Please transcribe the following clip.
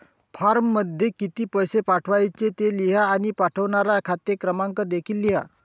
फॉर्ममध्ये किती पैसे पाठवायचे ते लिहा आणि पाठवणारा खाते क्रमांक देखील लिहा